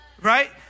Right